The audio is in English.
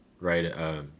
right